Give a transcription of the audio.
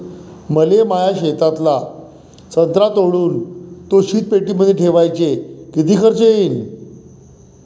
मले माया शेतातला संत्रा तोडून तो शीतपेटीमंदी ठेवायले किती खर्च येईन?